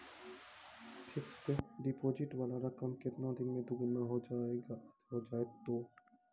Fixed deposit वाला रकम केतना दिन मे दुगूना हो जाएत यो?